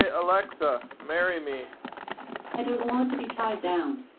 ah alexa, marry me i don't want to be tied down.